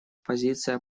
позиция